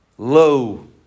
low